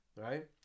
right